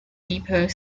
depot